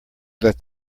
that